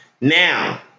Now